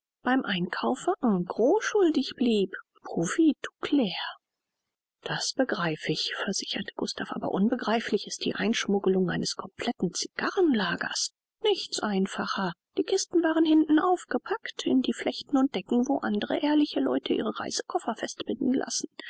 beim einkaufe en gros schuldig blieb profit tout clair das begreif ich versicherte gustav aber unbegreiflich ist die einschmuggelung eines completen cigarren lagers nichts einfacher die kisten waren hinten aufgepackt in die flechten und decken wo andere ehrliche leute ihre reisekoffer fest binden lassen